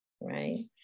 right